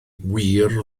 wir